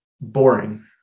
boring